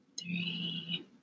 three